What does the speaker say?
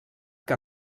que